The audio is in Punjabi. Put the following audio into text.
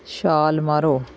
ਛਾਲ ਮਾਰੋ